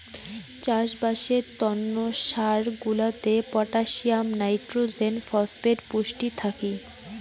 চাষবাসের তন্ন সার গুলাতে পটাসিয়াম, নাইট্রোজেন, ফসফেট পুষ্টি থাকি